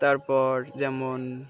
তারপর যেমন